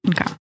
Okay